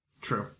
True